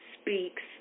Speaks